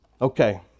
Okay